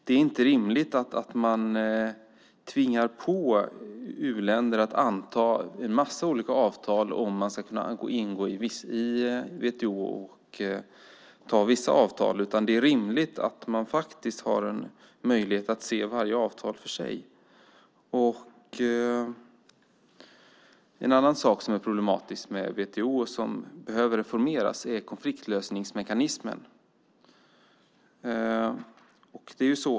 Det är inte rimligt att man tvingar u-länder att anta en massa avtal för att kunna ingå i WTO. Det är rimligt att man kan se varje avtal för sig. En annan sak som är problematisk med WTO och som behöver reformeras är konfliktlösningsmekanismen.